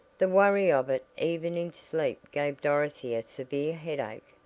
the worry of it even in sleep gave dorothy a severe headache,